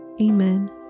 Amen